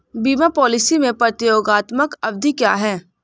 बीमा पॉलिसी में प्रतियोगात्मक अवधि क्या है?